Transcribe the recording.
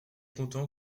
content